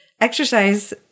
exercise